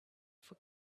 for